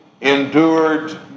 endured